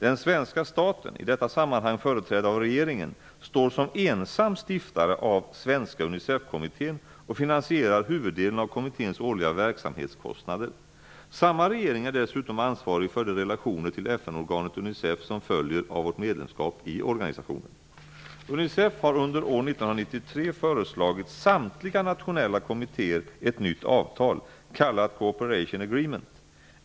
Den svenska staten, i detta sammanhang företrädd av regeringen, står som ensam stiftare av Svenska Unicefkommittén och finansierar huvuddelen av kommitténs årliga verksamhetskostnader. Samma regering är dessutom ansvarig för de relationer till FN-organet Unicef som följer av vårt medlemskap i organisationen. Unicef har under år 1993 föreslagit samtliga nationella kommittéer ett nytt avtal, kallat Cooperation Agreement.